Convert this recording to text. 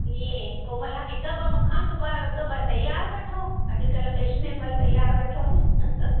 ईअं पोइ भला हिकु ॿ मूंखां सिॿायो हिकु ॿ तयारु वठो अॼुकल्ह फैशनेबल तयारु वठो न